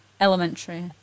elementary